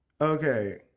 Okay